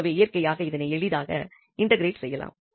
எனவே இயற்கையாக இதனை எளிதாக இன்டெக்ரேட் செய்யலாம்